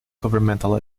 governmental